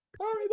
Hurry